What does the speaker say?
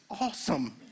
awesome